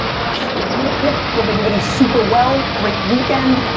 let's see here, yep. hope everybody's super well. great weekend,